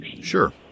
sure